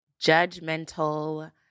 judgmental